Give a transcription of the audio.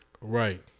right